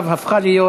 ועכשיו היא הפכה להיות